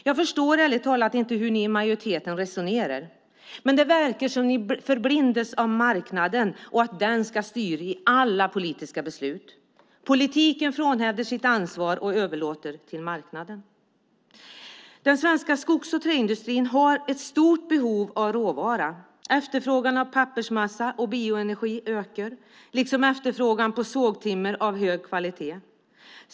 Jag förstår ärligt talat inte hur ni i majoriteten resonerar. Det verkar som om ni förblindas av marknaden och att den ska styra i alla politiska beslut. Politiken frånhänder sig sitt ansvar och överlåter allt till marknaden. Den svenska skogs och träindustrin har ett stort behov av råvara. Efterfrågan på pappersmassa och bioenergi ökar, liksom efterfrågan på sågtimmer av hög kvalitet.